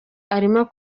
arimo